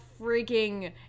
freaking